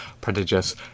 prodigious